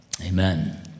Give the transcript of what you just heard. amen